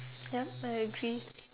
ya I agree